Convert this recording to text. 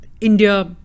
India